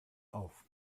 auf